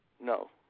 No